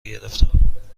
گرفتم